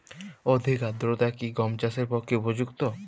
অধিক আর্দ্রতা কি গম চাষের পক্ষে উপযুক্ত?